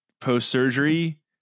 post-surgery